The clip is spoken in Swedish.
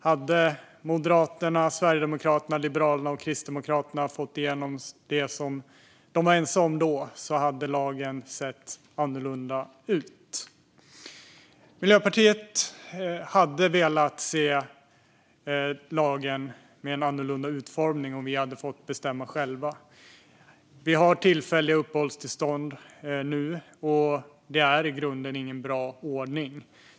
Hade Moderaterna, Sverigedemokraterna, Liberalerna och Kristdemokraterna fått igenom det som de var ense om då hade lagen sett annorlunda ut. Miljöpartiet hade velat se lagen med en annorlunda utformning om vi hade fått bestämma själva. Vi har tillfälliga uppehållstillstånd nu. Det är i grunden ingen bra ordning.